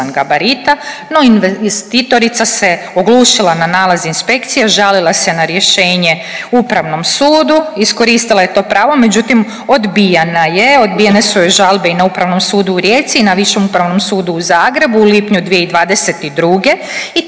no investitorica se oglušila na nalaz inspekcije, žalila se na rješenje Upravnom sudu, iskoristila je to pravo, međutim odbijana je, odbijene su joj žalbe i na Upravnom sudu u Rijeci i na Višem upravnom sudu u Zagrebu u lipnju 2022.